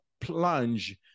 plunge